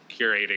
curating